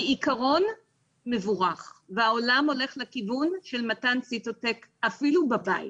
בעיקרון זה מבורך והעולם הולך לכיוון של מתן ציטוטק אפילו בבית.